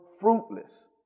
fruitless